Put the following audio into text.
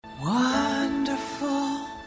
Wonderful